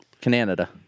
Canada